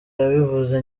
yabivuze